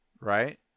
right